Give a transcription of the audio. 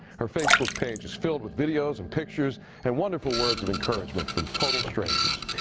her facebook page is filled with videos and pictures and wonderful words of encouragement from total strangers.